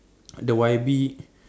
the Wybie